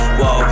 whoa